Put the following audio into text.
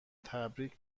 تبریک